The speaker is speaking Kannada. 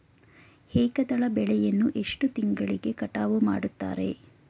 ಏಕದಳ ಬೆಳೆಯನ್ನು ಎಷ್ಟು ತಿಂಗಳಿಗೆ ಕಟಾವು ಮಾಡುತ್ತಾರೆ?